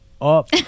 up